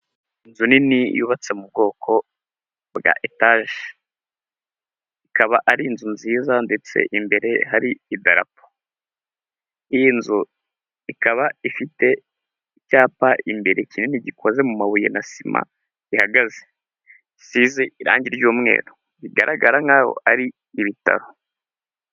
Inzu nini yubatse mu bwoko bwa etage, ikaba ari inzu nziza ndetse imbere hari idarapo. Iyi nzu ikaba ifite icyapa imbere kinini gikoze mu mabuye na sima rihagaze isize irangi ry'umweru bigaragara nkaho ari ibitaro.